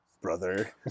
Brother